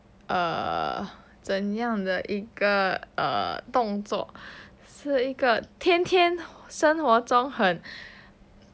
err 怎样的一个动作是一个天天生活中很